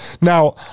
Now